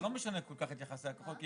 זה לא משנה כל כך את יחסי הכוחות,